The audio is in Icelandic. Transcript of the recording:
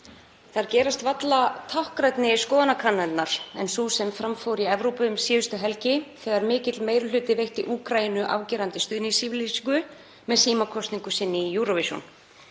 Þær gerast varla táknrænni skoðanakannanirnar en sú sem fram fór í Evrópu um síðustu helgi þegar mikill meiri hluti veitti Úkraínu afgerandi stuðningsyfirlýsingu með símakosningu sinni í Eurovision.